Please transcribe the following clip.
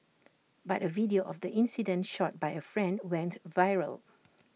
but A video of the incident shot by A friend went viral